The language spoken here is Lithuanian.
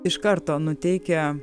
iš karto nuteikia